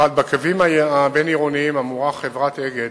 1. בקווים הבין-עירוניים אמורה חברת "אגד"